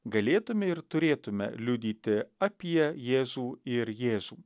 galėtume ir turėtume liudyti apie jėzų ir jėzų